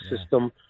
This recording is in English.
system